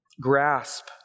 grasp